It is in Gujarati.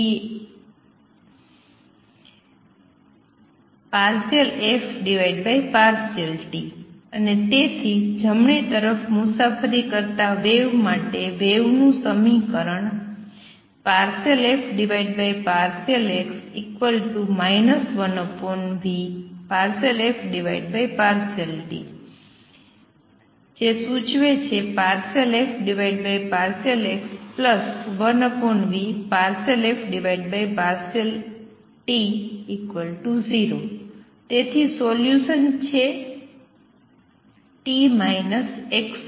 તેથી આ બનશે 1v∂f∂t અને તેથી જમણી તરફ મુસાફરી કરતાં વેવ માટે વેવનું સમીકરણ ∂f∂x 1v∂f∂t છે જે સૂચવે છે ∂f∂x1v∂f∂t0 તેથી સોલ્યુસન છે t xv